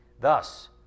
Thus